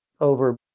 over